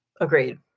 Agreed